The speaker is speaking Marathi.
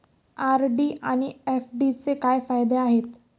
आर.डी आणि एफ.डीचे काय फायदे आहेत?